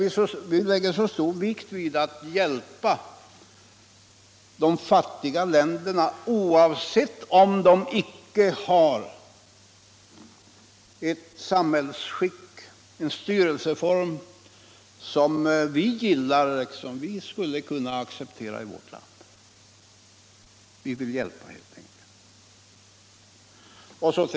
Vi lägger stor vikt vid att hjälpa de fattiga länderna oavsett om de har en styrelseform som vi gillar och skulle kunna acceptera i vårt land eller inte. Vi vill helt enkelt hjälpa.